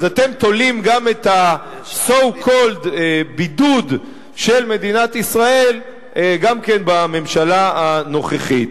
אז אתם תולים גם את ה-so called בידוד של מדינת ישראל בממשלה הנוכחית.